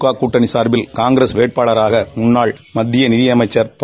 க கூட்டணி சார்பில் காங்கிரஸ் கட்சி வேட்பாளராக முன்னாள் மத்திய நிகி அமைச்சர் ப